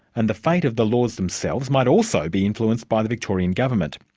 and the fate of the laws themselves might also be influenced by the victorian government.